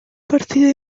partida